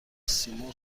سیمرغ